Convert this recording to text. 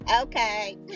Okay